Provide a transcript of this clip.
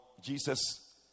Jesus